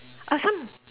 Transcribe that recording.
I can't